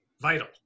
vital